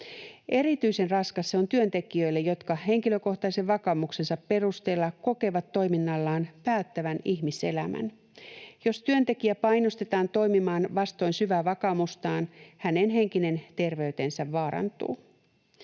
Erityisen raskas se on työntekijöille, jotka henkilökohtaisen vakaumuksensa perusteella kokevat toiminnallaan päättävän ihmiselämän. Jos työntekijä painostetaan toimimaan vastoin syvää vakaumustaan, hänen henkinen terveytensä vaarantuu.